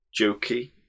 jokey